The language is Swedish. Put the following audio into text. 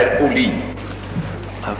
Herr talman!